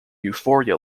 euphoria